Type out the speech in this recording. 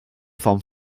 forme